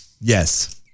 Yes